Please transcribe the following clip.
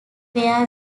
where